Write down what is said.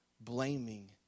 blaming